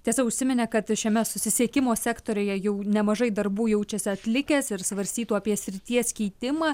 tiesa užsiminė kad šiame susisiekimo sektoriuje jau nemažai darbų jaučiasi atlikęs ir svarstytų apie srities keitimą